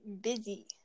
busy